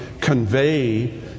convey